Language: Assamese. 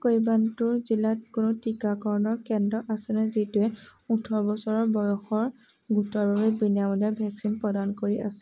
কইম্বাটোৰ জিলাত কোনো টিকাকৰণৰ কেন্দ্ৰ আছেনে যিটোৱে ওঠৰ বছৰ বয়সৰ গোটৰ বাবে বিনামূলীয়া ভেকচিন প্ৰদান কৰি আছে